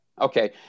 Okay